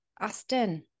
Austin